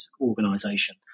organization